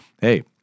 hey